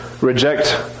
reject